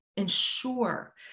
ensure